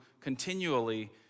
continually